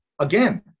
Again